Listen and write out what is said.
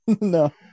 No